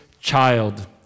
child